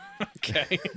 Okay